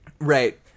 Right